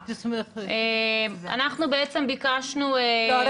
אנחנו בעצם ביקשנו --- לא,